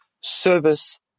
service